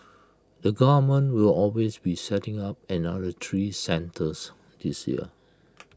the government will always be setting up another three centres this year